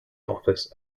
office